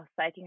psyching